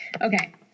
Okay